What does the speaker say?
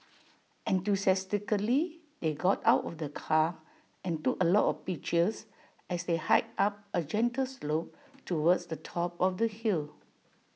enthusiastically they got out of the car and took A lot of pictures as they hiked up A gentle slope towards the top of the hill